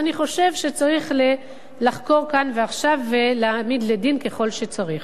אני חושב שצריך לחקור כאן ועכשיו ולהעמיד לדין ככל שצריך.